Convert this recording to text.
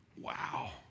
Wow